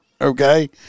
okay